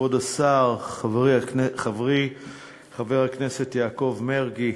כבוד השר, חברי חבר הכנסת יעקב מרגי,